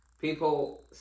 people